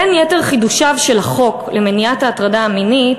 בין יתר חידושיו של החוק למניעת ההטרדה המינית